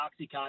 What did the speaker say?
oxycontin